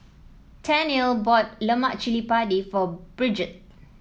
Tennille bought Lemak Cili Padi for Bridgette